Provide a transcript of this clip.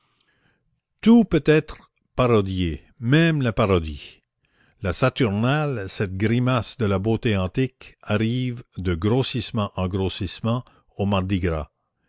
tout peut être parodié même la parodie la saturnale cette grimace de la beauté antique arrive de grossissement en grossissement au mardi gras